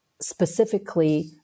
specifically